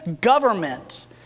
government